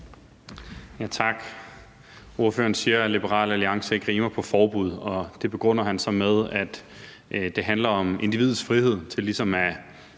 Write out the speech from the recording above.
Tak. Ordføreren siger, at Liberal Alliance ikke rimer på forbud, og det begrunder han så med, at det handler om individets frihed til ligesom at